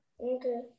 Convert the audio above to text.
Okay